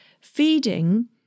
feeding